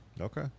Okay